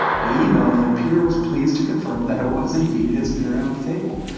i emailed him and peter was pleased to confirm that it was indeed his periodic table.